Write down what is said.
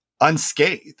unscathed